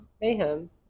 Mayhem